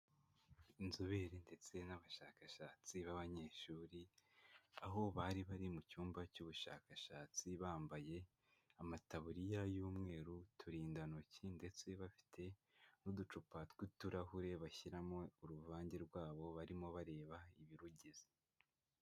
Inzobere ndetse n'abashakashatsi b'abanyeshuri, aho bari bari mu cyumba cy'ubushakashatsi bambaye amataburiya y'umweru, uturindantoki ndetse bafite n'uducupa tw'uturahure bashyiramo uruvange rwabo barimo bareba ibirugize.